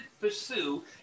pursue